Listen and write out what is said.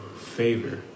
favor